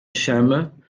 chama